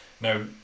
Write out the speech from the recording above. Now